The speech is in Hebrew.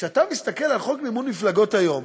כשאתה מסתכל על חוק מימון מפלגות היום,